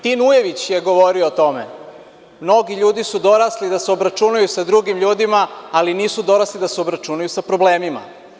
Tin Ujević je govorio o tome: „Mnogi ljudi su dorasli da se obračunaju sa drugim ljudima, ali nisu dorasli da se obračunaju sa problemima“